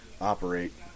operate